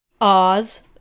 Oz